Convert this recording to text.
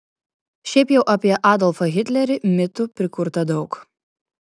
šiaip jau apie adolfą hitlerį mitų prikurta daug